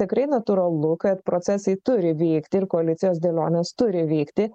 tikrai natūralu kad procesai turi vykti ir koalicijos dėlionės turi vykti